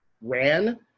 Ran